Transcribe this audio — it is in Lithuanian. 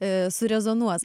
e surezonuos